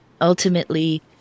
ultimately